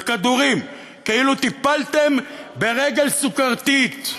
על כדורים, כאילו טיפלתם ברגל סוכרתית.